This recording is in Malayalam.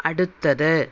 അടുത്തത്